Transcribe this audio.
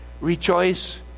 rejoice